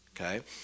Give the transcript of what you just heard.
okay